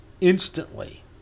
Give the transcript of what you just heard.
instantly